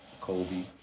Kobe